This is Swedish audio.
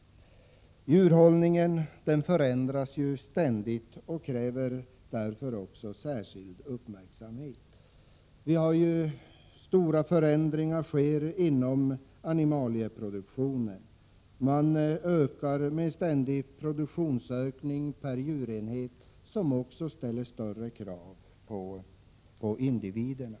Djurhållningen förändras ständigt och kräver därför särskild uppmärksamhet. Stora förändringar sker inom animalieproduktionen. Produktionen per djurenhet ökar ständigt, vilket ställer större krav på individerna.